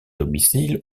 domicile